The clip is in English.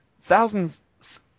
Thousands